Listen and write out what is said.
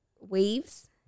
waves